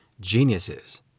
geniuses